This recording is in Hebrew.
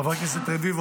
חבר הכנסת רביבו,